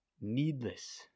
needless